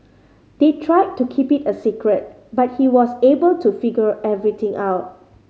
they tried to keep it a secret but he was able to figure everything out